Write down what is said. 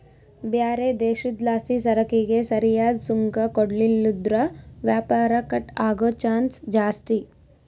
ಬ್ಯಾರೆ ದೇಶುದ್ಲಾಸಿಸರಕಿಗೆ ಸರಿಯಾದ್ ಸುಂಕ ಕೊಡ್ಲಿಲ್ಲುದ್ರ ವ್ಯಾಪಾರ ಕಟ್ ಆಗೋ ಚಾನ್ಸ್ ಜಾಸ್ತಿ